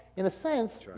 in a sense,